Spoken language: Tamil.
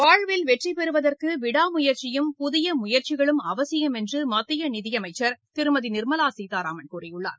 வாழ்வில் வெற்றி பெறுவதற்கு விடா முயற்சியும் புதிய முயற்சிகளும் அவசியம் என்று மத்திய நிதியமைச்சர் திருமதி நிர்மலா சீதாராமன் கூறியுள்ளார்